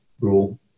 rule